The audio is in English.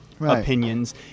opinions